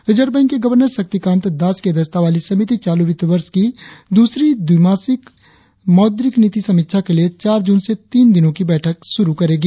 reserve bank के governor Shaktikanta Das की अध्यक्षता वाली समिति चालू वित्त वर्ष की दूसरी द्विमासिक मौद्रिक नीति समीक्षा के लिए चार जून से तीन दिनों की बैठक शुरु करेगी